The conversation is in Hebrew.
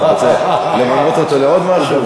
אתה רוצה למנות אותו לעוד משהו?